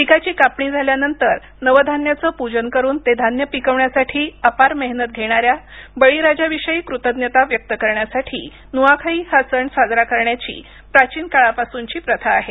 पिकाची कापणी झाल्यानंतर नवधान्याचं पूजन करून ते धान्य पिकवण्यासाठी अपार मेहनत घेणाऱ्या बळीराजाविषयी कृतज्ञता व्यक्त करण्यासाठी नुआखाई हा सण साजरा करण्याची प्राचीन काळापासूनची प्रथा आहे